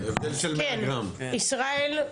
ישראל.